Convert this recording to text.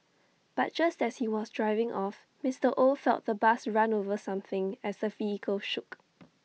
but just as he was driving off Mister oh felt the bus run over something as the vehicle shook